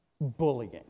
Bullying